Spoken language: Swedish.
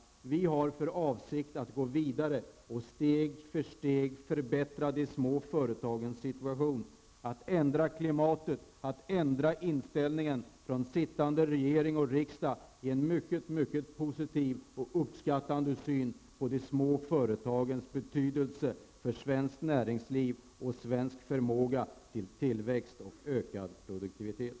Vi har för avsikt att gå vidare för att steg för steg förbättra de små företagens situation och att ändra klimatet. Att ändra inställningen från sittande regering och riksdag ger en mycket positiv och uppskattande syn på de små företagens betydelse för svenskt näringsliv och på svensk förmåga till tillväxt och ökad produktivitet.